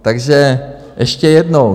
Takže ještě jednou.